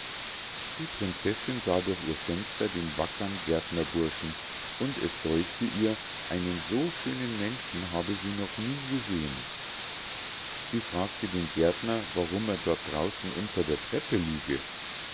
die prinzessinn sah durch ihr fenster den wackern gärtnerburschen und es däuchte ihr einen so schönen menschen habe sie noch nie gesehen sie fragte den gärtner warum er dort draußen unter der treppe liege